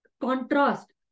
contrast